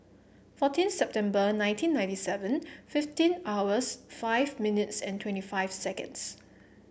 fourteen September nineteen ninety seven fifteen hours five minutes and twenty five seconds